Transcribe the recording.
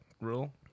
rule